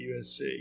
USC